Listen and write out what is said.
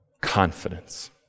confidence